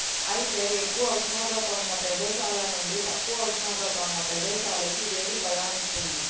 అయితే ఎక్కువ ఉష్ణోగ్రత ఉన్న ప్రదేశాల నుండి తక్కువ ఉష్ణోగ్రత ఉన్న ప్రదేశాలకి వేడి పయనిస్తుంది